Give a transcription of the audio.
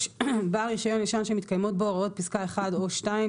(3)בעל רישיון ישן שמתקיימות בו הוראות פסקאות (1) או (2),